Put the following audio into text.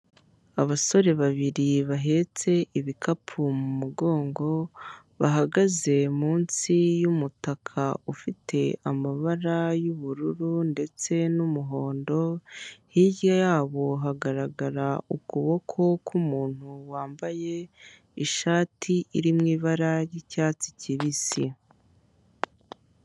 Abasore babiri bahetse ibikapu mu mugongo, bahagaze munsi y'umutaka ufite amabara y'ubururu ndetse n'umuhondo, hirya yabo hagaragara ukuboko ku muntu wambaye ishati irimo ibara ry'icyatsi kibisi.